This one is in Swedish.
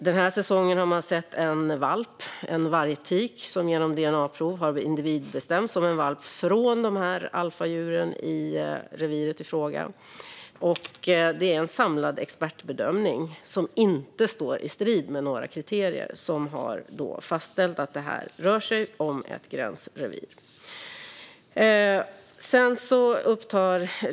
Den här säsongen har man sett en vargtik som genom DNA-prov har individbestämts som en valp från alfadjuren i reviret i fråga. Det är en samlad expertbedömning som har fastställt att detta rör sig om ett gränsrevir, och den står inte i strid med några kriterier.